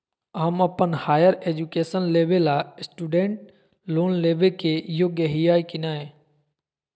हम अप्पन higher education लेबे ला स्टूडेंट लोन लेबे के योग्य हियै की नय?